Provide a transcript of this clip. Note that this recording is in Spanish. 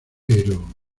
pero